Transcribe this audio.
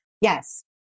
Yes